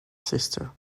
sister